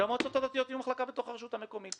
שהמועצות המקומיות יהיו מחלקה בתוך הרשות המקומית.